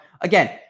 again